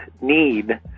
need